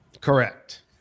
Correct